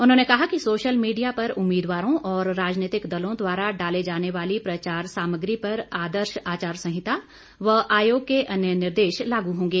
उन्होंने कहा कि सोशल मीडिया पर उम्मीदवारों और राजनीतिक दलों द्वारा डाले जाने वाली प्रचार सामग्री पर आदर्श आचार संहिता व आयोग के अन्य निर्देश लागू होंगे